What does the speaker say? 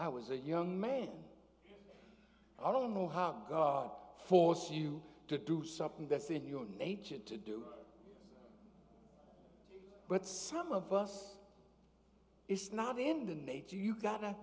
i was a young man i don't know how god force you to do something that's in your own nature to do but some of us it's not in the nature you got